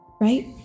right